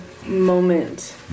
moment